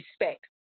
Respect